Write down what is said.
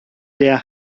der